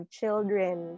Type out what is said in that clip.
children